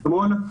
אתמול.